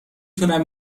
تونم